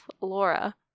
Laura